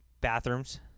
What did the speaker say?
Bathrooms